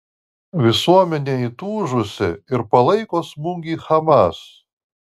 visuomenė įtūžusi ir palaiko smūgį hamas